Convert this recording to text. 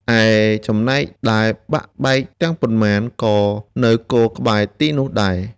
ឯចំណែកដែលបាក់បែកទាំងប៉ុន្មាន ក៏នៅគរក្បែរទីនោះដែរ ។